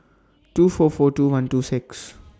two four four two one two six